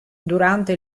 durante